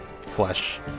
flesh